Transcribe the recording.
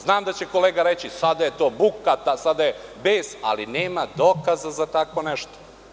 Znam da će kolega reći – sada je to buka, sada je bes, ali nema dokaza za takvo nešto.